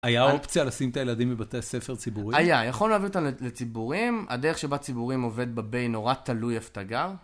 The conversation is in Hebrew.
היה אופציה לשים את הילדים בבתי ספר ציבורי? היה, יכולנו להביא אותם לציבורים, הדרך שבה ציבורים עובד בביי נורא תלוי איפה אתה גר.